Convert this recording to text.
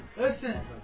listen